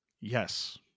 Yes